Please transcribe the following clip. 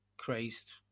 crazed